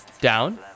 down